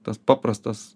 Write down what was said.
tas paprastas